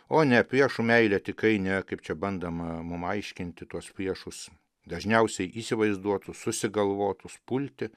o ne priešų meilė tikrai ne kaip čia bandoma mums aiškinti tuos priešus dažniausiai įsivaizduotus susigalvotus pulti